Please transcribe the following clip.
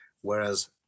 whereas